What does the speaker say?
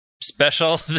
special